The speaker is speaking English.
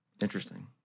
Interesting